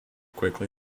quickly